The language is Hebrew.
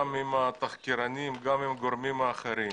גם עם התחקירנים וגם עם גורמים אחרים,